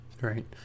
Right